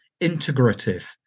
integrative